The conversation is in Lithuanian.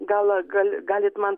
gal gali galit man